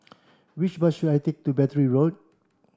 which bus should I take to Battery Road